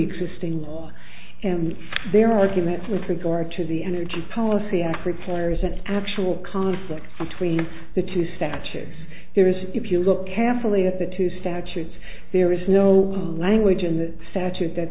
preexisting law and there are arguments with regard to the energy policy act requires an actual conflict between the two statues there is if you look carefully at the two statutes there is no language in the statute that